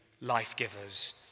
life-givers